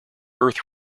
earth